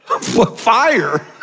Fire